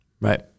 right